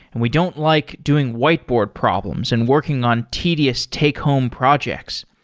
and we don't like doing whiteboard problems and working on tedious take home projects.